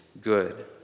good